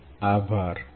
આપ સૌનો આભાર